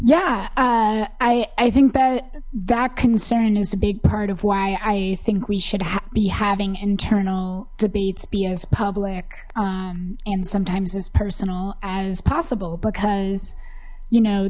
yeah i i think that that concern is a big part of why i think we should have be having internal debates be as public and sometimes as personal as possible because you know